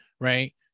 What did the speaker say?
right